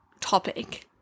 topic